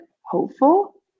hopeful